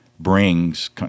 Brings